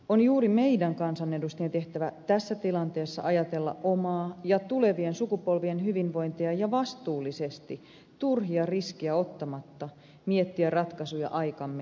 on juuri meidän kansanedustajien tehtävä tässä tilanteessa ajatella omaa ja tulevien sukupolvien hyvinvointia ja vastuullisesti turhia riskejä ottamatta miettiä ratkaisuja aikamme ongelmiin